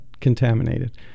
contaminated